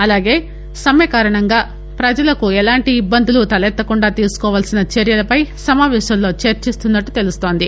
అలాగే సమ్మె కారణంగా పజలకు ఎలాంటి ఇబ్బందులు తలెత్తకుండా తీసుకోవాల్సిన చర్యలపై సమావేశంలో చర్చిస్తున్నట్లు తెలుస్తోంది